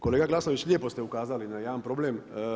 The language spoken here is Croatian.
Kolega Glasnović, lijepo ste ukazali na jedan problem.